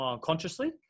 consciously